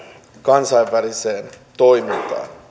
kansainväliseen toimintaan